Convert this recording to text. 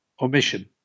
omission